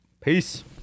peace